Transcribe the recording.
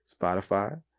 Spotify